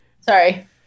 sorry